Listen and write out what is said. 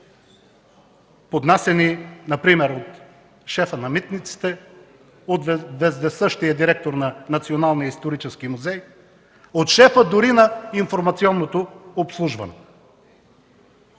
поднасяни например от шефа на митниците, от вездесъщия директор на Националния исторически музей, от шефа дори на Информационното обслужване.